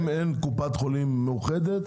אם אין קופת חולים מאוחדת,